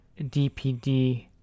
DPD